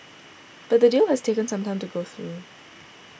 but the deal has taken some time to go through